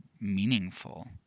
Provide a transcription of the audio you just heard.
meaningful